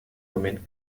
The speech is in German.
moment